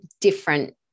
different